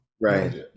right